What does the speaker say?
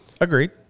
Agreed